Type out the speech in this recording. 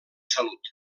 salut